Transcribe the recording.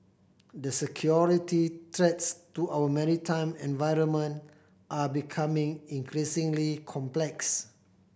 the security threats to our maritime environment are becoming increasingly complex